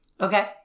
Okay